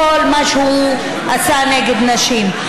כל מה שהוא עשה נגד נשים,